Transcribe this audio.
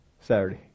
Saturday